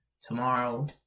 tomorrow